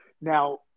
Now